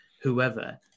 whoever